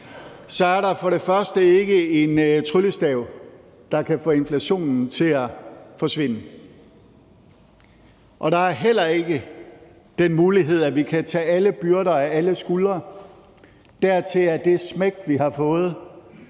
så er der først og fremmest ikke en tryllestav, der kan få inflationen til at forsvinde, og der er heller ikke den mulighed, at vi kan tage alle byrder af alle skuldre. Dertil er det smæk, vi har fået